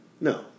no